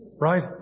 Right